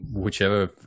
whichever